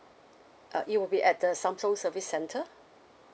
uh it will be at the samsung service center